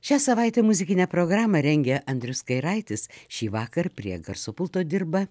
šią savaitę muzikinę programą rengia andrius kairaitis šįvakar prie garso pulto dirba